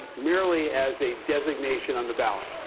merely as a designation on the ballot.